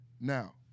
Now